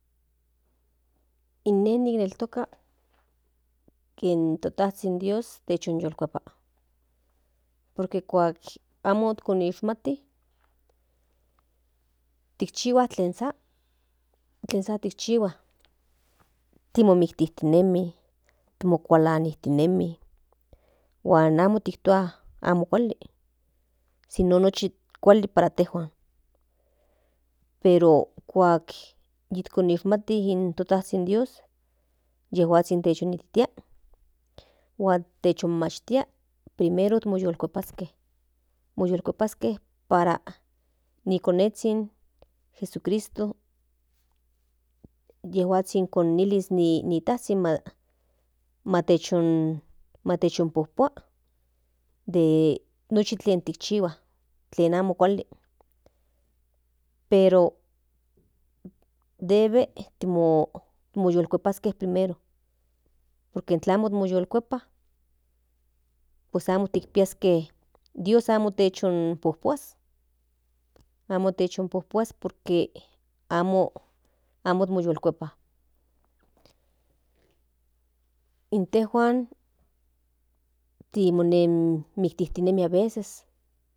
Ine nineltoka que in to tazhin dios techonkuepa por que kuak amo kinishmati tikchihua tlen sa tlen sa tikchihua timomiktiktinemi mokualatijtinemi huan amo tiktua amo kuali si no nochi kuali para intejuan pero kuak techonikmati in to tazhin dios techonititia huan techommati pero primero techonyiulkuepaske moyulkuepaske para ni konenzhin jesucristo yejuazhin konilis ni tazhin matenchojpopua den nochi tle tikchihua den amo kuali pero debe moyulkuepaske primero por que inklamo moykikuepa pues amo tikpiaske dios amo techonpojpua por que amo moyulkuepa intejuan timonenmijtiktinemi aveces.